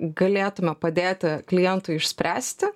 galėtume padėti klientui išspręsti